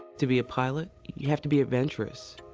to be a pilot, you have to be adventurous.